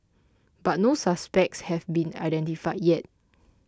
but no suspects have been identified yet